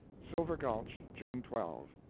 silver gulch, june twelve.